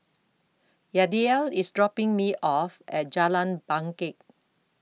Yadiel IS dropping Me off At Jalan Bangket